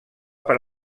per